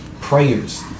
prayers